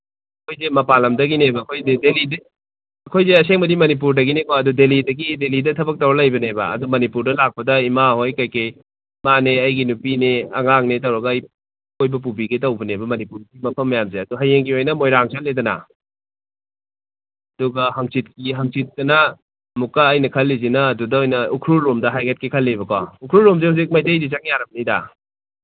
ꯑꯩꯈꯣꯏꯁꯦ ꯃꯄꯥꯜꯂꯝꯗꯒꯤꯅꯦꯕ ꯑꯩꯈꯣꯏ ꯑꯩꯈꯣꯏꯁꯦ ꯑꯁꯦꯡꯕꯗꯤ ꯃꯅꯤꯄꯨꯔꯗꯒꯤꯅꯤ ꯑꯗꯣ ꯗꯦꯜꯂꯤꯗꯒꯤ ꯗꯦꯜꯂꯤꯗ ꯊꯕꯛ ꯇꯧꯔ ꯂꯩꯕꯅꯦꯕ ꯑꯗꯣ ꯃꯅꯤꯄꯨꯔꯗ ꯂꯥꯛꯄꯗ ꯏꯃꯥꯍꯣꯏ ꯀꯩꯀꯩ ꯏꯃꯥꯅꯦ ꯑꯩꯒꯤ ꯅꯨꯄꯤꯅꯦ ꯑꯉꯥꯡꯅꯦ ꯇꯧꯔꯒ ꯑꯩ ꯀꯣꯏꯕ ꯄꯨꯕꯤꯒꯦ ꯇꯧꯕꯅꯦꯕ ꯃꯅꯤꯄꯨꯔꯒꯤ ꯃꯐꯝ ꯃꯌꯥꯝꯁꯦ ꯑꯗꯨ ꯍꯌꯦꯡꯒꯤ ꯑꯣꯏꯅ ꯃꯣꯏꯔꯥꯡ ꯆꯠꯂꯦꯗꯅ ꯑꯗꯨꯒ ꯍꯪꯆꯤꯠ ꯍꯪꯆꯤꯠꯇꯅ ꯑꯃꯨꯛꯀ ꯑꯩꯅ ꯈꯜꯂꯤꯁꯤꯅ ꯑꯗꯨꯗ ꯑꯣꯏꯅ ꯎꯈ꯭ꯔꯨꯜ ꯂꯣꯝꯗ ꯍꯥꯏꯒꯠꯀꯦ ꯈꯜꯂꯤꯕꯀꯣ ꯎꯈ꯭ꯔꯨꯜꯁꯦ ꯍꯧꯖꯤꯛ ꯃꯩꯇꯩꯗꯤ ꯆꯪ ꯌꯥꯔꯝꯅꯤꯗ